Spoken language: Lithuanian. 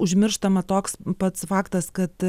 užmirštama toks pats faktas kad